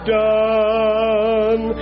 done